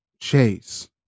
Chase